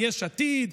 יש עתיד,